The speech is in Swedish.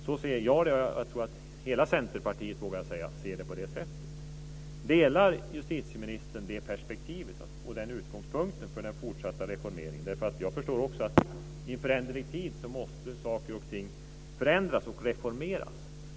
Så ser jag det, och jag tror att jag vågar säga att hela Centerpartiet ser det på det sättet. Delar justitieministern det perspektivet och den utgångspunkten för den fortsatta reformeringen? Också jag förstår att i en föränderlig tid måste saker och ting förändras och reformeras.